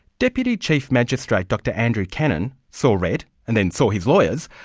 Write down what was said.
deputy chief magistrate, dr andrew cannon, saw red and then saw his lawyers,